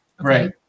Right